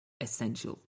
essential